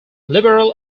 liberal